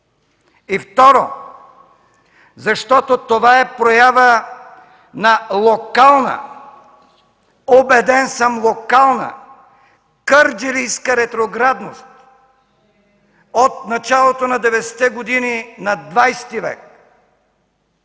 И второ, защото това е проява на локална, убеден съм, локална кърджалийска ретроградност от началото на 90-те години на ХХ век!